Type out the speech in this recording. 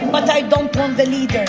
but i don't want the leaders.